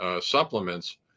supplements